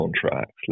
contracts